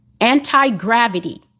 anti-gravity